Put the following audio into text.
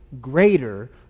greater